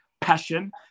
passion